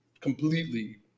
completely